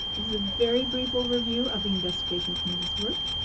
this is a very brief overview of the investigation committee's work.